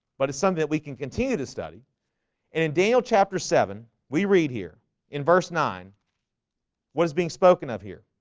but it's something um that we can continue to study and in daniel chapter seven we read here in verse nine what is being spoken of here?